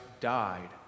died